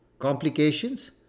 Complications